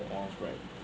was right